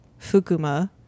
Fukuma